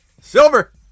Silver